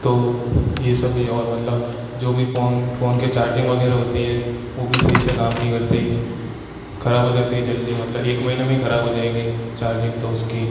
तो ये सब भी है और मतलब जो भी फ़ोन फ़ोन के चार्जिंग वगैरह होती है वो भी सही से काम नहीं करती ख़राब हो जाती है जल्दी मतलब एक महीने में ही ख़राब हो जाएगी चार्जिंग तो उसकी